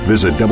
Visit